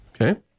Okay